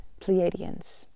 pleiadians